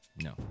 No